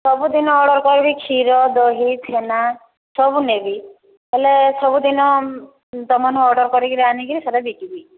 ସବୁଦିନ ଅର୍ଡ଼ର୍ କରିବି କ୍ଷୀର ଦହି ଛେନା ସବୁ ନେବି ବୋଲେ ସବୁଦିନ ତମନୁ ଅର୍ଡ଼ର୍ କରି କିରି ଆଣିକିରି ସେଟା ବିକିବି